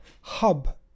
hub